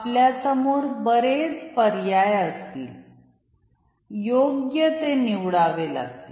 आपल्या समोर बरेच पर्याय असतील योग्य ते निवडावे लागतील